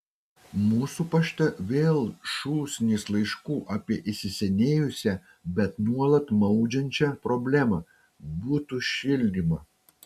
mūsų pašte vėl šūsnys laiškų apie įsisenėjusią bet nuolat maudžiančią problemą butų šildymą